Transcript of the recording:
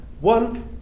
one